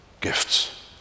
gifts